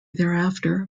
thereafter